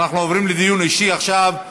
אנחנו עוברים לדיון אישי עכשיו.